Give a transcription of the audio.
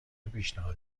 پیشنهاد